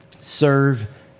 Serve